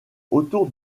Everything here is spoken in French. autour